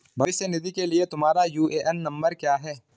भविष्य निधि के लिए तुम्हारा यू.ए.एन नंबर क्या है?